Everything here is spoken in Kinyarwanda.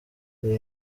hari